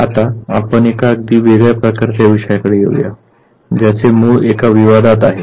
आता आपण एका अगदी वेगळ्या प्रकारच्या विषयाकडे येऊया ज्याचे मूळ एका विवादात आहे